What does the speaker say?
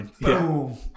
Boom